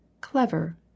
clever